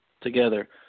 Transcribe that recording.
together